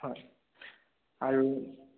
হয় আৰু